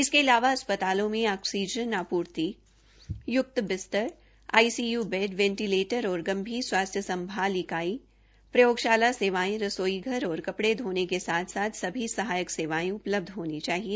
इसके अलावा अस्पतालों मे ऑक्सीजन आपूर्ति य्क्त बिस्तर आईसीयू बैड वेंटीलेटर और गंभीर स्वास्थ्य संभाल इकाई प्रयोगशाला सेवायें रसोई घर और कपड़े धोने के साथ साथ सभी सहायक सेवायें उपलब्ध होनी चाहिए